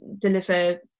deliver